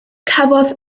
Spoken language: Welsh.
cafodd